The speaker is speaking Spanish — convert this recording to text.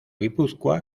guipúzcoa